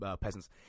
peasants